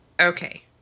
Okay